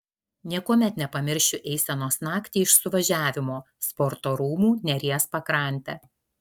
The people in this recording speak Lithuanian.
niekuomet nepamiršiu eisenos naktį iš suvažiavimo sporto rūmų neries pakrante